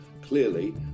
Clearly